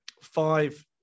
Five